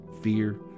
fear